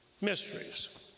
Mysteries